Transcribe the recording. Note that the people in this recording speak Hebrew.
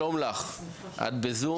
שלום לך, את ב- Zoom?